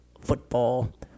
football